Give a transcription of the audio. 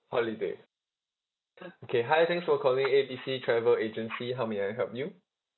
holiday okay hi thanks for calling A B C travel agency how may I help you